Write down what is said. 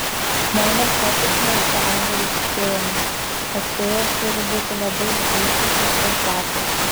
žmonės kartais maišo angelus su fėjomis tad fėjos turi būti labai išblyškusios ir trapios